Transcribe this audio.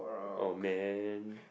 oh man